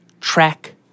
track